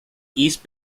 east